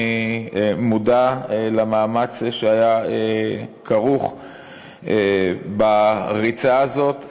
אני מודע למאמץ שהיה כרוך בריצה הזאת,